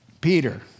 Peter